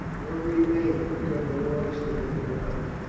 what remained for colonel royston in the rout?